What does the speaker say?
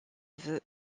veut